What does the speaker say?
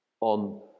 on